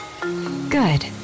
good